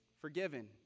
forgiven